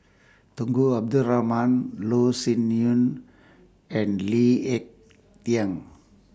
Tunku Abdul Rahman Loh Sin Yun and Lee Ek Tieng